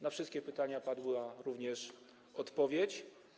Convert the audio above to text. Na wszystkie pytania padły również odpowiedzi.